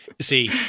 See